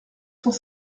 cent